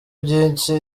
byinshi